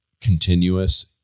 continuous